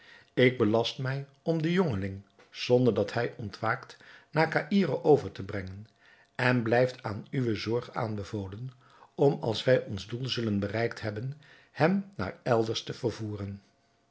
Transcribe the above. ik belast mij om den jongeling zonder dat hij ontwaakt naar caïro over te brengen en het blijft aan uwe zorg aanbevolen om als wij ons doel zullen bereikt hebben hem naar elders te vervoeren